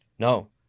No